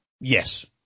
Yes